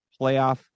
Playoff